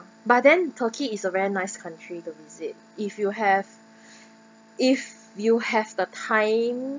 but then turkey is a very nice country to visit if you have if you have the time